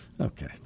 Okay